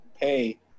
pay